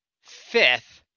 fifth